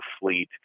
fleet